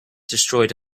destroyed